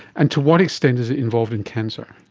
and to what extent is it involved in cancer?